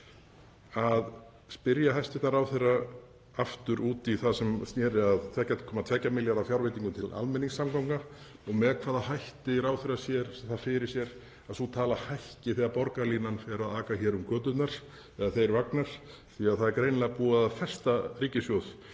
að spyrja hæstv. ráðherra aftur út í það sem sneri að 2,2 milljarða fjárveitingum til almenningssamgangna og með hvaða hætti ráðherra sér það fyrir sér að sú tala hækki þegar borgarlínan fer að aka um göturnar, þeir vagnar. Það er greinilega búið að festa ríkissjóð